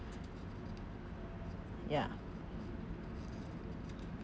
ya